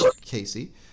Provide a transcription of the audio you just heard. Casey